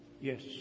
Yes